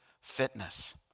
fitness